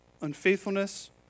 unfaithfulness